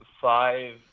five